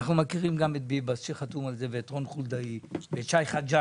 אנחנו מכירים גם את ביבס שחתום על זה ואת רון חולדאי ואת שי חג'ג'.